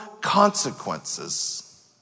consequences